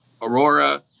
Aurora